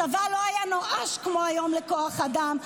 הצבא לא היה נואש כמו היום לכוח אדם.